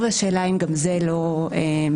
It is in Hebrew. והשאלה אם גם זה לא מצמצם.